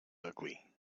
ugly